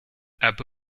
abu